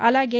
అలాగే